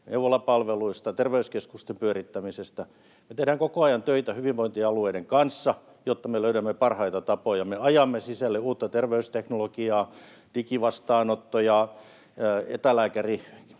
neuvolapalveluista, terveyskeskusten pyörittämisestä. Me tehdään koko ajan töitä hyvinvointialueiden kanssa, jotta me löydämme parhaita tapoja. Me ajamme sisälle uutta terveysteknologiaa, digivastaanottoja,